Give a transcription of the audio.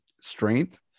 strength